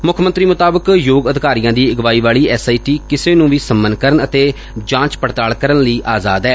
ਮੁੱਖ ਮੰਤਰੀ ਮੁਤਾਬਕਿ ਯੋਗ ਅਧਿਕਾਰੀਆਂ ਦੀ ਅਗਵਾਈ ਵਾਲੀ ਐਸ ਆਈ ਟੀ ਕਿਸੇ ਨੂੰ ਵੀ ਸੰਪਨ ਕਰਨ ਅਤੇ ਜਾਂਚ ਪੜਤਾਲ ਕਰਨ ਲਈ ਆਜਾਦ ਐ